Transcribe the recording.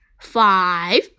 five